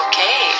Okay